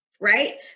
right